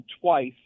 twice